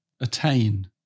attain